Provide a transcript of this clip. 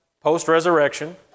post-resurrection